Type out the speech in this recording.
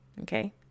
Okay